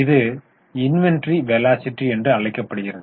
இது inventory velocity என்று அழைக்கப்படுகிறது